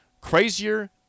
crazier